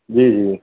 जी जी